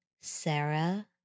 Sarah